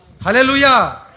Hallelujah